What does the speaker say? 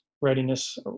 readiness